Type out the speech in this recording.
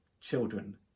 children